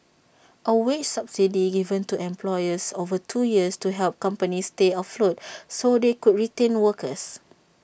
A wage subsidy given to employers over two years to help companies stay afloat so they could retain workers